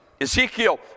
Ezekiel